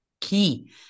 key